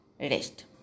rest